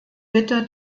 bitte